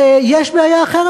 ויש בעיה אחרת,